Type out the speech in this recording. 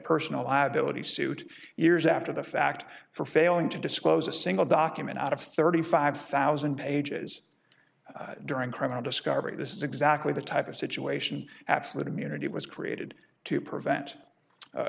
personal liability suit years after the fact for failing to disclose a single document out of thirty five thousand pages during criminal discovery this is exactly the type of situation absolute immunity was created to prevent